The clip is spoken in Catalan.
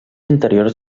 interiors